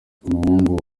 umuhungu